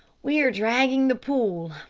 we are dragging the pool.